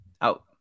Out